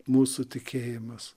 mūsų tikėjimas